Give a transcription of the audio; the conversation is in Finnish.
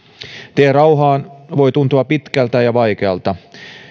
tie rauhaan voi tuntua pitkältä ja vaikealta